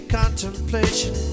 contemplation